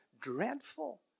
dreadful